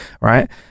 right